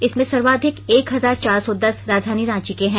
इसमें सर्वाधिक एक हजार चार सौ दस राजधानी रांची के हैं